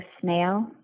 snail